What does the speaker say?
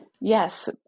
Yes